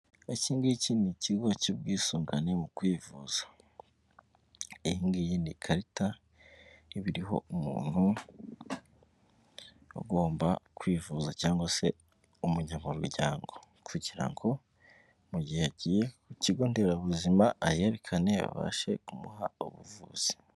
Iki ngiki ni ikigo cy'ubwisungane mu kwivuza, iyi ngiyi ni ikarita iba iriho umuntu ugomba kwivuza cyangwa se umunyamuryango, kugira ngo mu gihe agiye ku kigo nderabuzima ayerekane babashe kumuha ubuvuzi.